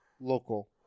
local